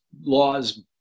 laws